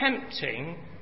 tempting